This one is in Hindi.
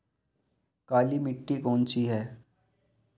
काली मिट्टी कौन सी है?